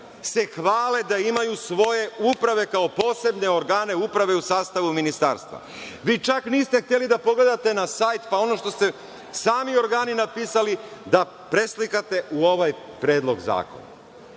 se hvale da imaju svoje uprave kao posebne organe uprave u sastavu ministarstva. Vi čak niste hteli da pogledate na sajt, pa ono što su sami organi napisali da preslikate u ovaj predlog zakona,